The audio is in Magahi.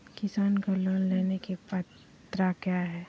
किसान को लोन लेने की पत्रा क्या है?